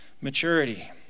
maturity